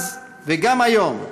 אז וגם היום,